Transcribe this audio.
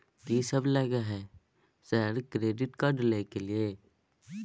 कि सब लगय हय सर क्रेडिट कार्ड लय के लिए?